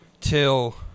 till